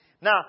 Now